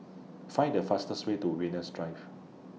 Find The fastest Way to Venus Drive